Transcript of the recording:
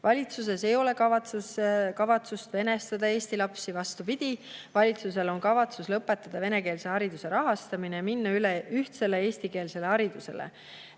Valitsuses ei ole kavatsust venestada eesti lapsi. Vastupidi, valitsusel on kavatsus lõpetada venekeelse hariduse rahastamine ja minna üle ühtsele eestikeelsele haridusele.